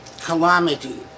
calamity